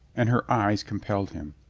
and her eyes compelled him.